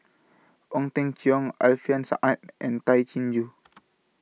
Ong Teng Cheong Alfian Sa'at and Tay Chin Joo